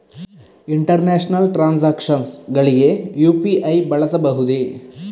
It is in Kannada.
ಇಂಟರ್ನ್ಯಾಷನಲ್ ಟ್ರಾನ್ಸಾಕ್ಷನ್ಸ್ ಗಳಿಗೆ ಯು.ಪಿ.ಐ ಬಳಸಬಹುದೇ?